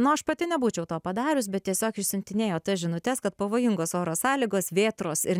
nu aš pati nebūčiau to padarius bet tiesiog išsiuntinėjo tas žinutes kad pavojingos oro sąlygos vėtros ir